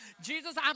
Jesus